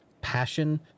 Passion